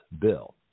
bill